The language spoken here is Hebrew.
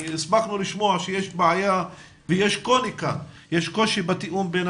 הספקנו לשמוע שיש בעיה ויש קושי בתאום בין